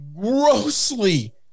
grossly